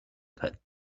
pit